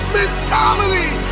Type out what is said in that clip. mentality